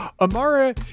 Amara